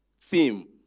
theme